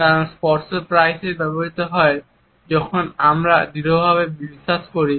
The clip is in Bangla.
কারণ স্পর্শ প্রায়শই ব্যবহৃত হয় যখন আমরা দৃঢ়ভাবে বিশ্বাস করি